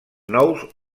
nous